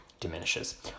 diminishes